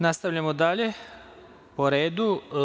Nastavljamo dalje po redu.